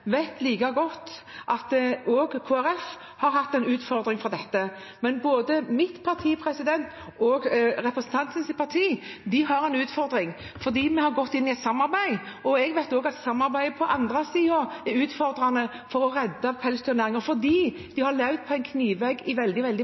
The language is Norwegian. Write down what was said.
vet godt at også Kristelig Folkeparti har hatt en utfordring med dette, men både mitt parti og representantens parti har en utfordring fordi vi har gått inn i et samarbeid. Jeg vet at også samarbeidet på den andre siden er utfordrende med hensyn til å redde pelsdyrnæringen, som har levd på en knivsegg i veldig